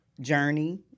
journey